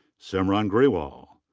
simran grewal.